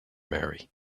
marry